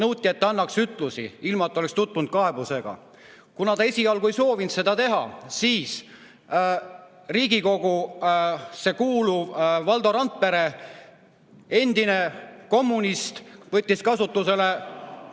Nõuti, et ta annaks ütlusi, ilma et ta oleks enne saanud kaebusega tutvuda. Kuna ta esialgu ei soovinud seda teha, siis Riigikogusse kuuluv Valdo Randpere, endine kommunist, võttis kasutusele